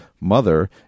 mother